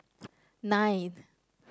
nine